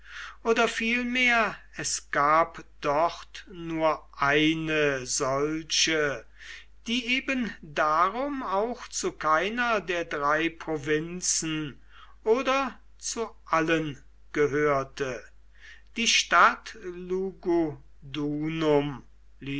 oder vielmehr es gab dort nur eine solche die eben darum auch zu keiner der drei provinzen oder zu allen gehörte die stadt